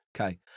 Okay